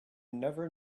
never